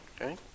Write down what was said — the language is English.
Okay